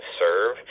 serve